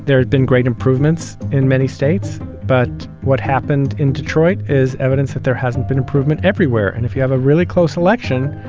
had been great improvements in many states. but what happened in detroit is evidence that there hasn't been improvement everywhere. and if you have a really close election,